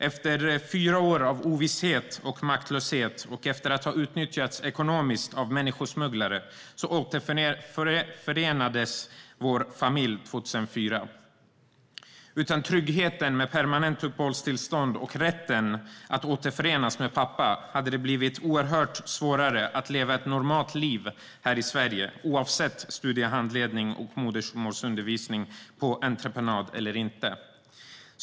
Efter fyra år av ovisshet och maktlöshet och efter att ha utnyttjats ekonomiskt av människosmugglare återförenades vår familj 2004. Utan tryggheten med permanent uppehållstillstånd och rätten att återförenas med pappa hade det blivit oerhört svårt att leva ett normalt liv här i Sverige, oavsett studiehandledning eller modersmålsundervisning på entreprenad.